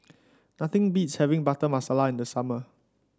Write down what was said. nothing beats having Butter Masala in the summer